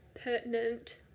pertinent